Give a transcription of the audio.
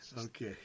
Okay